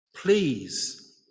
Please